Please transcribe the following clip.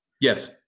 Yes